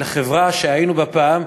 לחברה שהיינו פעם.